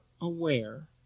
aware